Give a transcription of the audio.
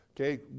okay